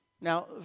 now